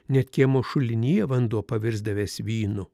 net kiemo šulinyje vanduo pavirsdavęs vynu